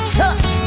touch